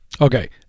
Okay